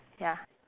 ya